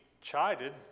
chided